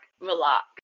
relax